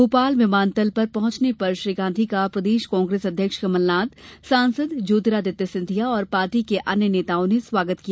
भोपाल विमानतल पर पहुंचने पर श्री गांधी का प्रदेश कांग्रेस अध्यक्ष कमलनाथ सांसद ज्यातिरादित्य सिंधिया और पार्टी के अन्य नेताओं ने स्वागत किया